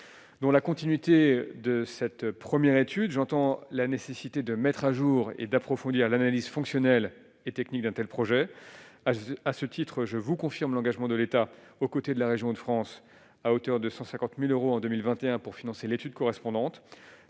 dans la continuité de cette première étude, j'entends la nécessité de mettre à jour et d'approfondir l'analyse fonctionnelle et technique d'Intel à à ce titre, je vous confirme l'engagement de l'État, aux côtés de la région de France à hauteur de 150000 euros en 2021 pour financer l'étude correspondantes